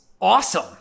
awesome